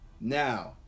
Now